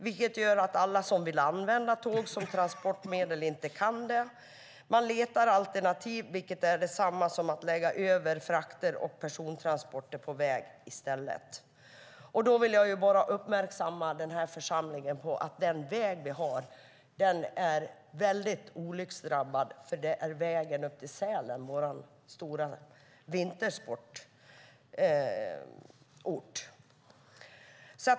Det gör att alla som vill använda tåg som transportmedel inte kan det. Man letar alternativ, vilket är detsamma som att lägga över frakter och persontransporter på väg i stället. Då vill jag bara uppmärksamma församlingen på att den väg vi har är väldigt olycksdrabbad. Det är nämligen vägen upp till Sälen, vår stora vintersportort.